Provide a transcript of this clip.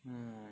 mm